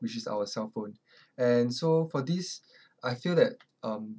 which is our cellphone and so for this I feel that um